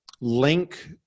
link